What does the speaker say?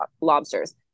lobsters